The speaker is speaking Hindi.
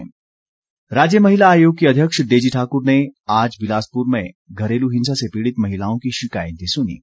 डेजी ठाकुर राज्य महिला आयोग की अध्यक्ष डेजी ठाकुर ने आज बिलासपुर में घरेलु हिंसा से पीड़ित महिलाओं की शिकायतें सुनीं